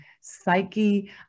psyche